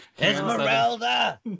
Esmeralda